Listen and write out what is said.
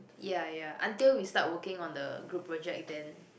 ya ya until we start working on the group project then